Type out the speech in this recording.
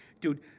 Dude